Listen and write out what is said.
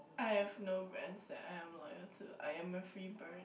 I have no brands that I am loyal to I am a free bird